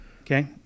Okay